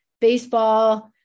baseball